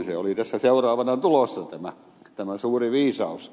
se oli tässä seuraavana tulossa tämä suuri viisaus